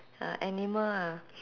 a animal ah